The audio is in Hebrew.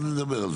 נדבר על זה.